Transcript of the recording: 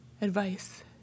advice